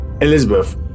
Elizabeth